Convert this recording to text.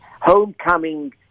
homecoming